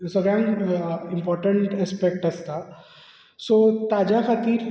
सगळ्यांन important aspect आसता सो ताज्या खातीर